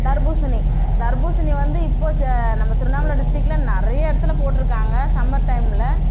தர்பூசணி தர்பூசணி வந்து இப்போ ச நம்ம திருவண்ணாமலை டிஸ்டிக்கில் நிறைய இடத்துல போட்டிருக்காங்க சம்மர் டைமில்